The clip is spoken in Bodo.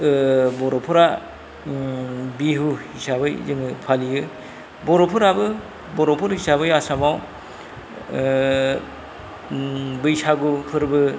बर'फोरा बिहु हिसाबै जोङो फालियो बर'फोराबो बर'फोर हिसाबै आसामाव बैसागु फोरबो